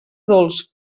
dolç